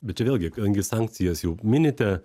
bet čia vėlgi kadangi sankcijas jau minite